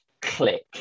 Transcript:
click